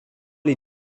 les